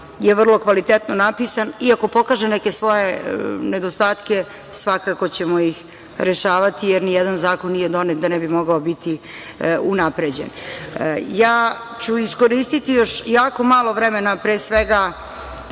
je vrlo kvalitetno napisan. Iako pokaže neke svoje nedostatke, svakako ćemo ih rešavati, jer ni jedan zakon nije donet da ne bi mogao biti unapređen. Ja ću iskoristiti još jako malo vremena, pre svega,